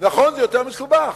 נכון, זה יותר מסובך.